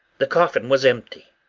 the coffin was empty!